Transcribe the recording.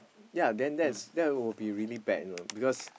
ya then that's that would be really bad because